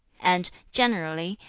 and, generally,